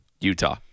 Utah